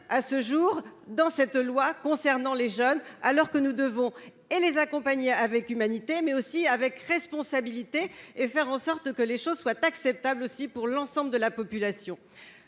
à ce jour dans cette loi concernant les jeunes alors que nous devons et les accompagner avec humanité, mais aussi avec responsabilité et faire en sorte que les choses soient acceptables aussi pour l'ensemble de la population,